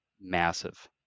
massive